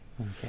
Okay